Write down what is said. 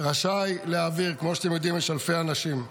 רשאי להעביר, וכמו שאתם יודעים, יש אלפי אנשים.